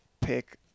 pick